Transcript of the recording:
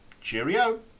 Cheerio